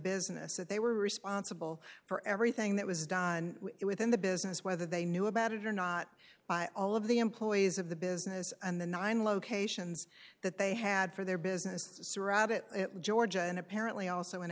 business that they were responsible for everything that was done within the business whether they knew about it or not by all of the employees of the business and the nine locations that they had for their business saurabh it georgia and apparently also in